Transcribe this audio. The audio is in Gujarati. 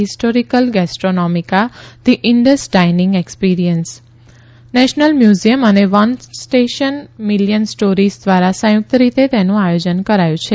historical gastronomica the Indus dining experience national museum અને વન સ્ટેશન મિલિયન સ્ટોરીસ ધ્વારા સંયુકત રીતે તેનું આયોજન કરાયું છે